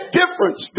difference